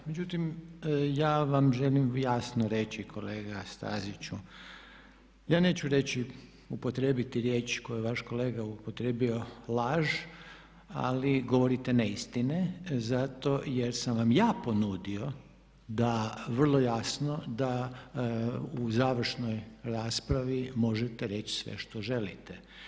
Međutim, ja vam želim jasno reći kolega Staziću ja neću reći i upotrijebiti riječ koju je vaš kolega upotrijebio, laž, ali govorite neistine zato jer sam vam ja ponudio vrlo jasno da u završnoj raspravi možete reći sve što želite.